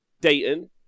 Dayton